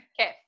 Okay